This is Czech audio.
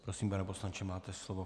Prosím, pane poslanče, máte slovo.